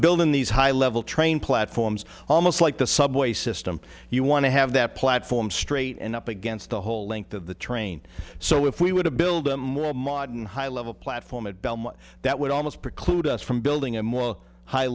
building these high level train platforms almost like the subway system you want to have that platform straight and up against the whole length of the train so if we would have build a more modern high level platform at belmont that would almost preclude us from building a more high